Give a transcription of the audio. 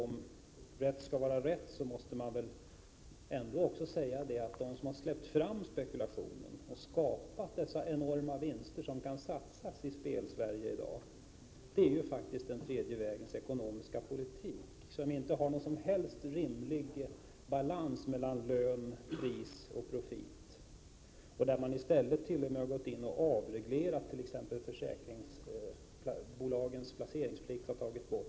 Om rätt skall vara rätt måste han väl ändå tillstå att det som har släppt fram spekulationen och skapat de enorma vinster som kan avläsas i Spelsverige i dag faktiskt är den tredje vägens ekonomiska politik, som inte har någon som helst rimlig balans mellan lön, pris och profit. Regeringen har tvärtom avreglerat, t.ex. genom att försäkringsbolagens placeringsplikt har tagits bort.